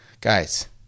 guys